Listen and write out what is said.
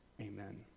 Amen